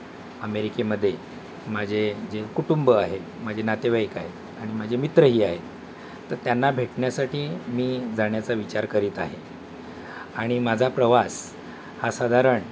अमेरिकेमध्ये माझे जे कुटुंब आहे माझे नातेवाईक आहे आणि माझे मित्रही आहे तर त्यांना भेटण्यासाठी मी जाण्याचा विचार करीत आहे आणि माझा प्रवास हा साधारण